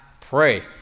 pray